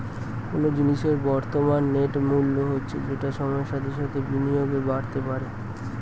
কোনো জিনিসের বর্তমান নেট মূল্য হচ্ছে যেটা সময়ের সাথে সাথে বিনিয়োগে বাড়তে পারে